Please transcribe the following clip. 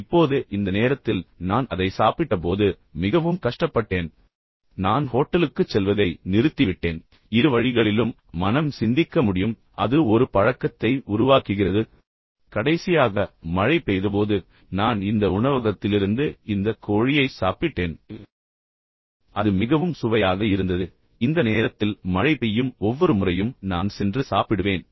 இப்போது இந்த நேரத்தில் நான் அதை சாப்பிட்ட போது மிகவும் கஷ்டப்பட்டேன் எனவே நான் ஹோட்டலுக்குச் செல்வதை நிறுத்திவிட்டேன் எனவே இரு வழிகளிலும் மனம் சிந்திக்க முடியும் பின்னர் அது ஒரு பழக்கத்தை உருவாக்குகிறது கடைசியாக மழை பெய்தபோது நான் இந்த உணவகத்திலிருந்து இந்த கோழியை சாப்பிட்டேன் அது மிகவும் சுவையாக இருந்தது இந்த நேரத்தில் மழை பெய்யும் ஒவ்வொரு முறையும் நான் சென்று சாப்பிடுவேன்